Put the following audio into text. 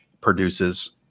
produces